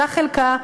אותה חלקה,